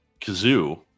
kazoo